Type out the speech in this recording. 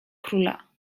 króla